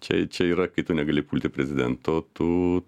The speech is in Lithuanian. čia čia yra kai tu negali pulti prezidento tu